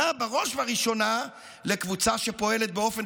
בראש וראשונה הכוונה היא לקבוצה שפועלת באופן